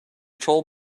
troll